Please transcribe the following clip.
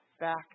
back